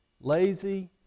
lazy